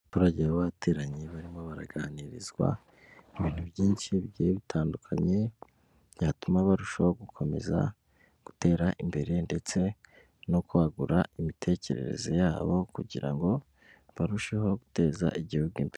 Abaturage ba bateranye barimo baraganirizwa ibintu byinshi bi bitandukanye, byatuma barushaho gukomeza gutera imbere ndetse no kwagura imitekerereze yabo kugira ngo barusheho guteza igihugu imbere.